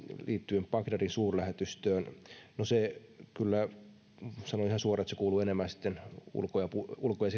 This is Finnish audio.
liittyen bagdadin suurlähetystöön no se kyllä sanon ihan suoraan kuuluu enemmän sitten ulko ja ulko ja